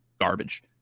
garbage